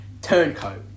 Turncoat